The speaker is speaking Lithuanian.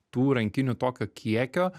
tų rankinių tokio kiekio